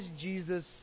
Jesus